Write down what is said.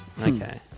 Okay